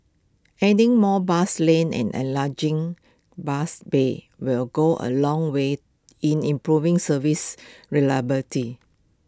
adding more bus lanes and enlarging bus bays will go A long way in improving service reliability